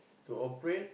to operate